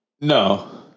No